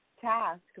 task